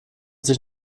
sich